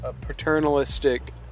paternalistic